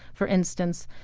for instance,